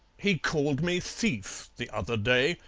he called me thief the other day,